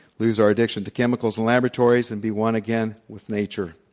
lose our addiction to chemicals and laboratories and be one again with nature.